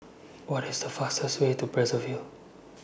What IS The fastest Way to Brazzaville